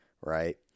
Right